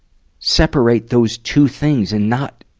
separate those two things and not,